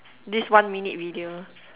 this one minute video